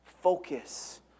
Focus